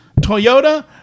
Toyota